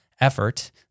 effort